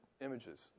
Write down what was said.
images